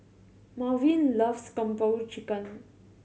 Malvin loves Kung Po Chicken